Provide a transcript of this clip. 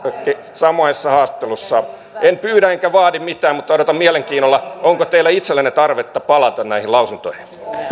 samaisessa haastattelussa en pyydä enkä vaadi mitään mutta odotan mielenkiinnolla onko teillä itsellänne tarvetta palata näihin lausuntoihin